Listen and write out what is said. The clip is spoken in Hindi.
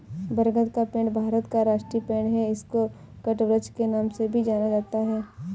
बरगद का पेड़ भारत का राष्ट्रीय पेड़ है इसको वटवृक्ष के नाम से भी जाना जाता है